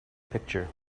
picture